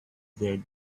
their